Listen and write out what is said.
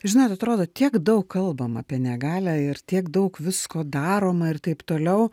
žinot atrodo tiek daug kalbam apie negalią ir tiek daug visko daroma ir taip toliau